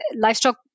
livestock